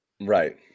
Right